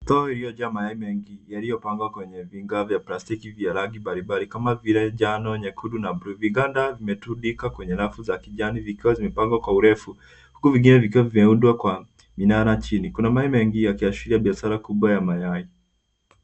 Store iliyojaa mayai mengi yaliyopangwa kwenye vigae vya plastiki vya rangi mbalimbali kama vile njano, nyekundu na buluu. Viganda vimetundikwa kwenye rafu za kijani vikiwa zimepangwa kwa urefu huku vingine vikiwa vimeundwa kwa minara chini. Kuna mayai mengi yakiashiria biashara kubwa ya mayai.